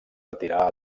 retirà